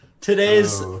Today's